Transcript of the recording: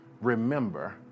Remember